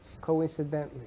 coincidentally